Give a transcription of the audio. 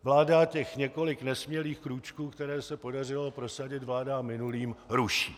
Vláda těch několik nesmělých krůčků, které se podařilo prosadit vládám minulým, ruší.